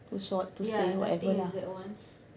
Tussauds Tussauds whatever lah